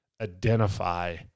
identify